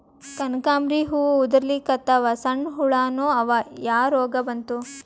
ಕನಕಾಂಬ್ರಿ ಹೂ ಉದ್ರಲಿಕತ್ತಾವ, ಸಣ್ಣ ಹುಳಾನೂ ಅವಾ, ಯಾ ರೋಗಾ ಬಂತು?